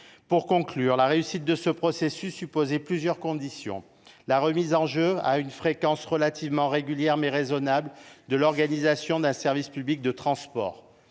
Pour conclure, la réussite de ce processus supposait plusieurs conditions : la remise en jeu à une fréquence relativement régulière, mais raisonnable, de l’organisation d’un service public de transport